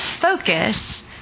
focus